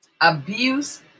Abuse